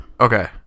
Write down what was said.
Okay